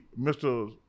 Mr